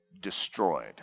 destroyed